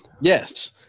Yes